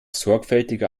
sorgfältiger